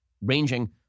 ranging